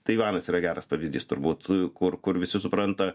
taivanas yra geras pavyzdys turbūt kur kur visi supranta